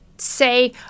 say